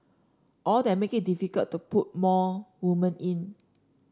all that made it difficult to put more woman in